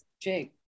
Jake